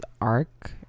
arc